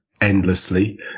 endlessly